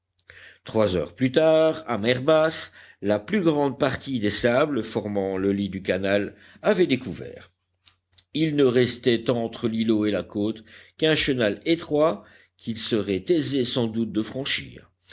trois heures plus tard à mer basse la plus grande partie des sables formant le lit du canal avait découvert il ne restait entre l'îlot et la côte qu'un chenal étroit qu'il serait aisé sans doute de franchir